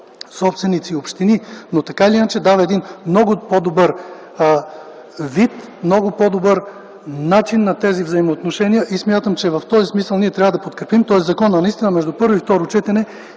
собственици и общини, но така или иначе дава един много по-добър вид, много по-добър начин на тези взаимоотношения. Смятам, че в този смисъл трябва да подкрепим този законопроект, а наистина между първо и второ четене